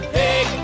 big